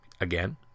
again